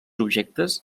objectes